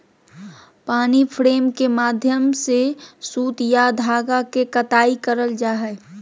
पानी फ्रेम के माध्यम से सूत या धागा के कताई करल जा हय